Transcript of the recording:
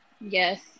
Yes